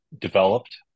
developed